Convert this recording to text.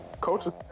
Coaches